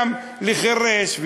גם לחירש,